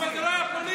אבל זה לא היה פוליטי.